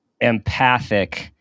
empathic